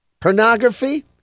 pornography